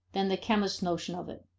than the chemist's notion of it.